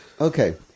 okay